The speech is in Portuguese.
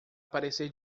parecer